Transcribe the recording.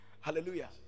Hallelujah